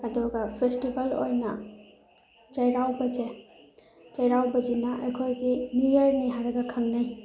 ꯑꯗꯨꯒ ꯐꯦꯁꯇꯤꯚꯦꯜ ꯑꯣꯏꯅ ꯆꯩꯔꯥꯎꯕꯁꯦ ꯆꯩꯔꯥꯎꯕꯁꯤꯅ ꯑꯩꯈꯣꯏꯒꯤ ꯅ꯭ꯌꯨ ꯏꯌꯔꯅꯤ ꯍꯥꯏꯔꯒ ꯈꯪꯅꯩ